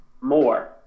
more